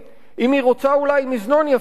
אם היא רוצה אולי מזנון יפה,